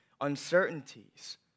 uncertainties